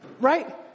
Right